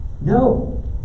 no